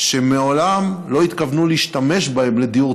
שמעולם לא התכוונו להשתמש בהן לדיור